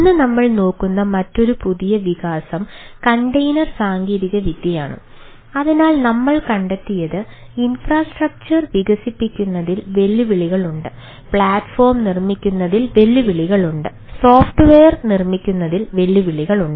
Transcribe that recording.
ഇന്ന് നമ്മൾ നോക്കുന്ന മറ്റൊരു പുതിയ വികാസം കണ്ടെയ്നർ നിർമ്മിക്കുന്നതിൽ വെല്ലുവിളികളുണ്ട്